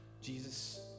Jesus